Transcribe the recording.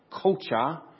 culture